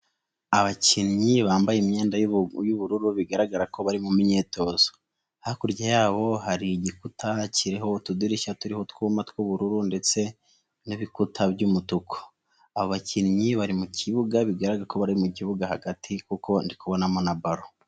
Abakinnyi bambaye imyenda y'ubururu bigaragara ko bari mu myitozo, hakurya yabo hari igikuta kiriho utudirishya turiho utwuma tw'ubururu ndetse n'ibikuta by'umutuku, abakinnyi bari mu kibuga bigaragara ko bari mu kibuga hagati kuko ndikubonamo na balo.